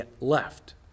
left